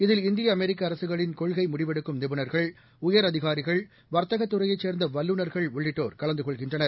இதில் இந்திய அமெரிக்கஅரசுகளின் கொள்கைமுடிவெடுக்கும் நிபுணர்கள் உயரதிகாரிகள் வர்த்தகத் துறையைச் சேர்ந்தவல்லுநர்கள் உள்ளிட்டோர் கலந்துகொள்கின்றனர்